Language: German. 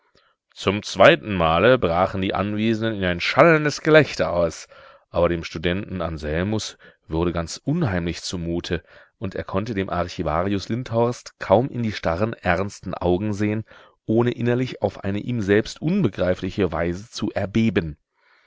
zum zweiten male brachen die anwesenden in ein schallendes gelächter aus aber dem studenten anselmus wurde ganz unheimlich zumute und er konnte dem archivarius lindhorst kaum in die starren ernsten augen sehen ohne innerlich auf eine ihm selbst unbegreifliche weise zu erbeben